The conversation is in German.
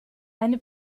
eine